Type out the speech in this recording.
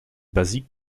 basique